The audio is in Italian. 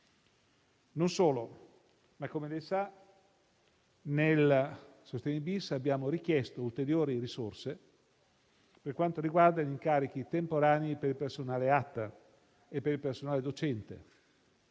lei sa, nel cosiddetto decreto sostegni-*bis* abbiamo richiesto ulteriori risorse per quanto riguarda gli incarichi temporanei per il personale ATA e per il personale docente.